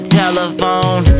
telephone